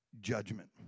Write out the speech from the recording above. judgment